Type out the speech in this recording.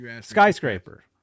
Skyscraper